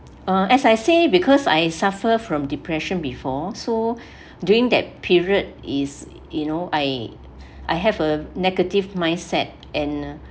uh as I say because I suffer from depression before so during that period is you know I I have a negative mindset and